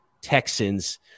texans